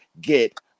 get